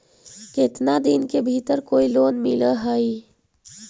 केतना दिन के भीतर कोइ लोन मिल हइ?